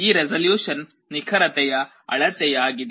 ಈ ರೆಸಲ್ಯೂಶನ್ ನಿಖರತೆಯ ಅಳತೆಯಾಗಿದ